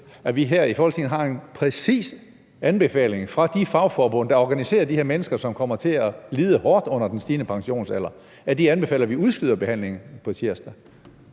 at vi her i Folketinget har en præcis anbefaling fra de fagforbund, der organiserer de her mennesker, som kommer til at lide hårdt under den stigende pensionsalder, og at de anbefaler, at vi udskyder behandlingen på tirsdag.